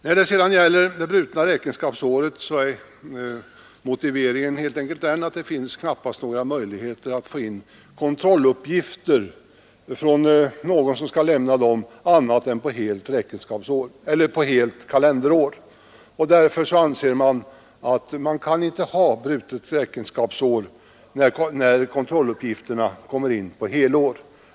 När det gäller det brutna räkenskapsåret är motiveringen till förslaget helt enkelt att det knappast finns några möjligheter att få in kontrolluppgifter avseende annat än helt kalenderår. Man anser att man då inte kan tillåta brutet räkenskapsår, eftersom kontrolluppgifterna gäller helår.